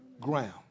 ground